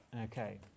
Okay